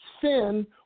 sin